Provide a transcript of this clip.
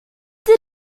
did